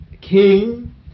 King